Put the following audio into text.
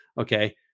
Okay